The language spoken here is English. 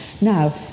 Now